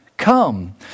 Come